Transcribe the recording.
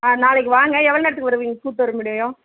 ஆ நாளைக்கு வாங்க எவ்வளோ நேரத்துக்கு வருவீங்க கூட்டு வர முடியும்